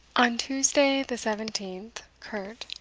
on tuesday the seventeenth curt.